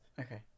Okay